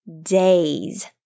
days